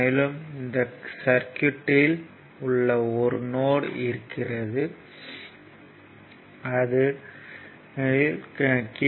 மேலும் இந்த சர்க்யூட்யில் ஒரு நோட் இருக்கிறது அதில் கே